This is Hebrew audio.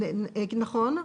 נכון.